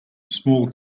small